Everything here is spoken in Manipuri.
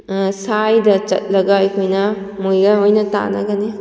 ꯁꯥꯏꯗ ꯆꯠꯂꯒ ꯑꯩꯈꯣꯏꯅ ꯃꯣꯏꯒ ꯑꯣꯏꯅ ꯇꯥꯟꯅꯒꯅꯤ